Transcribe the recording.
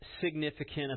significant